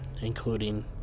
including